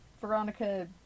Veronica